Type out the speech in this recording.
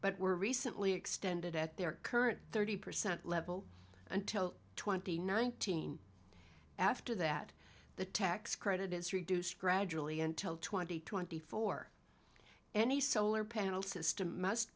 but were recently extended at their current thirty percent level until twenty nineteen after that the tax credit is reduced gradually until twenty twenty four any solar panel system must